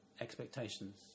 expectations